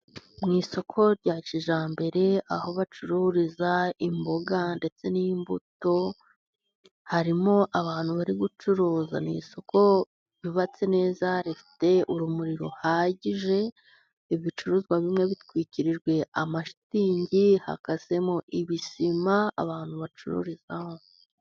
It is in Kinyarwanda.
Mu isoko rya kijyambere, aho bacururiza imboga ndetse n'imbuto, harimo abantu bari gucuruza. Ni isoko ryubatse neza, rifite urumuri ruhagije, ibicuruzwa bimwe bitwikirijwe amashitingi, hakasemo ibisima abantu bacururizamo.